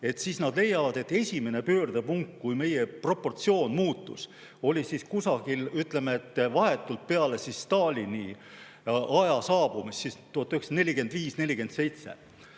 siis nad leiavad, et esimene pöördepunkt, kui meie proportsioon muutus, oli kusagil, ütleme, vahetult peale Stalini aja saabumist 1945–1947.